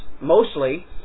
mostly